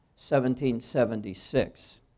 1776